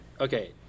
Okay